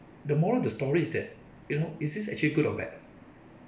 the moral of the story is that you know is this actually good or bad